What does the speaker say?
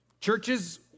Churches